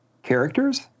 characters